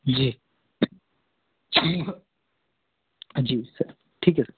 जी जी सर ठीक है सर